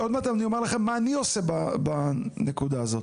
עוד מעט אני אומר לכם מה אני עושה בנקודה הזאת.